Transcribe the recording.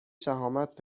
شهامت